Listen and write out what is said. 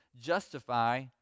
justify